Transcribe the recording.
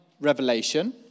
revelation